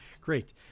great